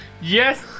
yes